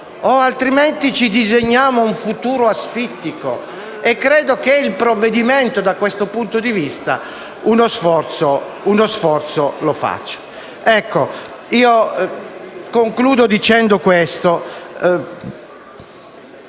oppure ci disegniamo un futuro asfittico. Credo che il provvedimento da questo punto di vista uno sforzo lo faccia.